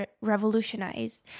revolutionize